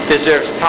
deserves